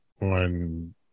on